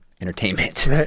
entertainment